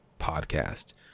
podcast